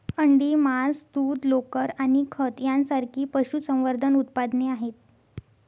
अंडी, मांस, दूध, लोकर आणि खत यांसारखी पशुसंवर्धन उत्पादने आहेत